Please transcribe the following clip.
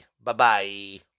Bye-bye